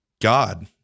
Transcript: God